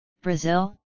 Brazil